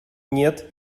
нет